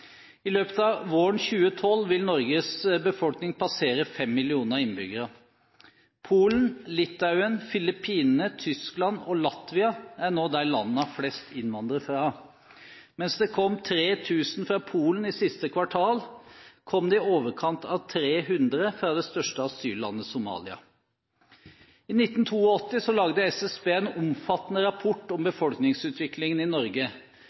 I løpet av våren 2012 vil Norges befolkning passere 5 millioner innbyggere. Polen, Litauen, Filippinene, Tyskland og Latvia er nå de landene flest innvandrer fra. Mens det kom 3 000 personer fra Polen i siste kvartal, kom det i overkant av 300 fra det største asyllandet, Somalia. I 1982 lagde SSB en omfattende rapport om befolkningsutviklingen i Norge,